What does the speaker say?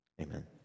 amen